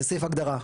הוא סעיף הגדרה,